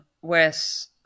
whereas